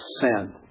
sin